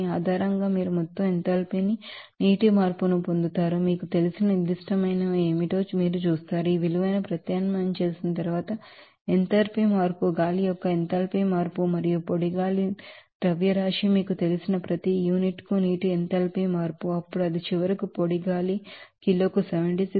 దీని ఆధారంగా మీరు మొత్తం ఎంథాల్పీ నీటి మార్పును పొందుతారు మీకు తెలిసిన నిర్దిష్టమైనవిషయం ఏమిటో మీరు చూస్తారు ఈ విలువను ప్రత్యామ్నాయం చేసిన తరువాత ఎంథాల్పీ మార్పు గాలి యొక్క ఎంథాల్పీ మార్పు మరియు మాస్ అఫ్ డ్రై ఏయిర్ మీకు తెలిసిన ప్రతి యూనిట్ కు నీటి ఎంథాల్పీ మార్పు అప్పుడు అది చివరకు పొడి గాలి కిలోకు 76